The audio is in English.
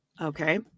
Okay